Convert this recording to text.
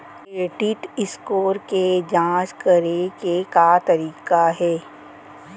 Credit score के जाँच करे के का तरीका हे?